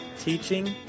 teaching